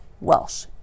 Welsh